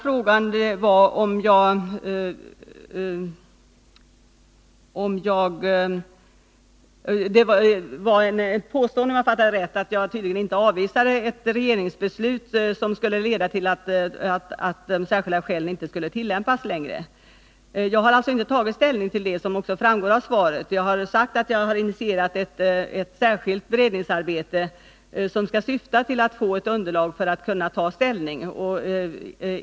Bertil Hanssons andra fråga — eller snarare ett påstående, om jag fattade honom rätt — gällde att jag tydligen inte avvisade ett regeringsbeslut som skulle leda till att ”särskilda skäl” inte skulle tillämpas längre. Jag har inte tagit ställning till detta, vilket också framgår av interpellationssvaret. Jag har initierat ett särskilt beredningsarbete, som syftar till att få fram ett underlag för att vi skall kunna ta ställning.